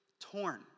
torn